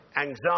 anxiety